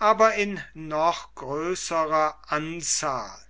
aber in noch größerer anzahl